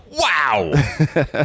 Wow